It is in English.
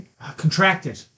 Contracted